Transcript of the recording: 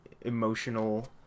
emotional